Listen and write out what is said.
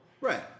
Right